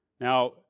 Now